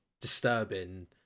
disturbing